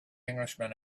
englishman